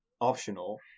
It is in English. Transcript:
optional